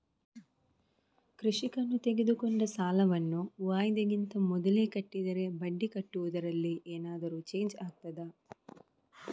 ಕೃಷಿಕನು ತೆಗೆದುಕೊಂಡ ಸಾಲವನ್ನು ವಾಯಿದೆಗಿಂತ ಮೊದಲೇ ಕಟ್ಟಿದರೆ ಬಡ್ಡಿ ಕಟ್ಟುವುದರಲ್ಲಿ ಏನಾದರೂ ಚೇಂಜ್ ಆಗ್ತದಾ?